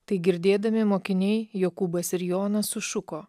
tai girdėdami mokiniai jokūbas ir jonas sušuko